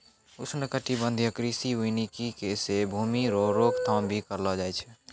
उष्णकटिबंधीय कृषि वानिकी से भूमी रो रोक थाम भी करलो जाय छै